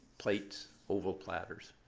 plates, oval platters.